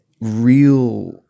real